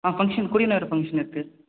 ஆ function கொடி நடுற function இருக்கு